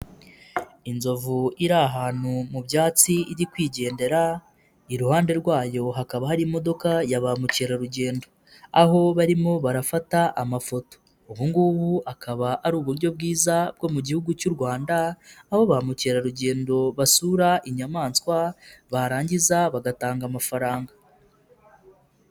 Inzovu iri ahantu mu byatsi irikwigendera iruhande rwayo hakaba harimo ya ba mukerarugendo, aho barimo barafata amafoto ubu ngubu, akaba ari uburyo bwiza bwo mu gihugu cy'u Rwanda, aho ba mukerarugendo basura inyamaswa barangiza bagatanga amafaranga.